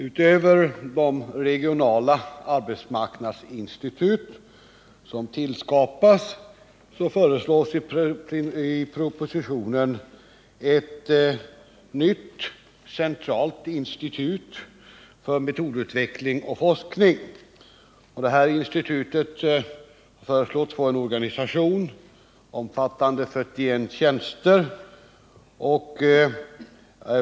Utöver de regionala arbetsmarknadsinstitut som tillskapas föreslås i propositionen ett nytt centralt institut för metodutveckling och forskning. Det institutet föreslås få en organisation omfattande 41 tjänster.